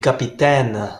capitaine